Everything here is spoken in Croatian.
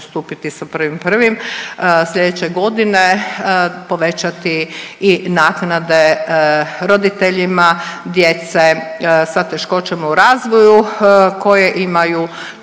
stupiti sa 1.1. slijedeće godine povećati i naknade roditeljima djece sa teškoćama u razvoju koje imaju